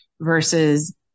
versus